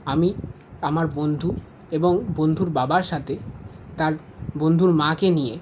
আমি আমার বন্ধু এবং বন্ধুর বাবার সাথে তার বন্ধুর মাকে নিয়ে